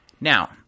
Now